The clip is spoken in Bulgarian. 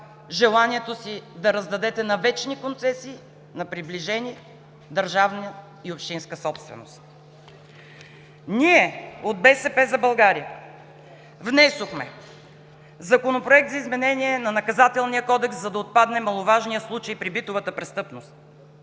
желанието си да раздадете на вечни концесии на приближени държавна и общинска собственост. Ние от БСП за България внесохме Законопроект за изменение на Наказателния кодекс, за да отпадне маловажният случай при битовата престъпност;